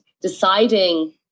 deciding